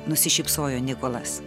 nusišypsojo nikolas